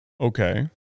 Okay